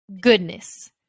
goodness